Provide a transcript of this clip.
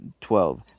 twelve